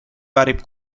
väärib